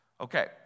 Okay